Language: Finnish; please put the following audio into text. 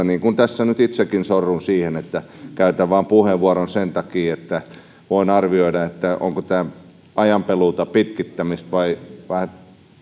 niin kuin tässä nyt itsekin sorrun siihen että käytän puheenvuoron vain sen takia että voin arvioida onko tämä ajanpeluuta pitkittämistä vai vai